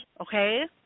okay